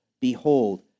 Behold